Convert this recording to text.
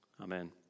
Amen